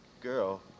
girl